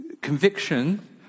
Conviction